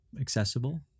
accessible